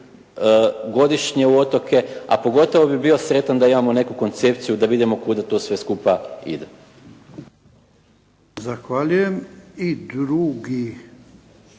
godišnje u otoke, a pogotovo bih bio sretan da imamo neku koncepciju da vidimo kuda to sve skupa ide.